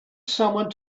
someone